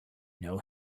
know